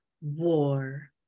war